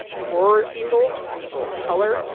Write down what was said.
poorer people, people of color,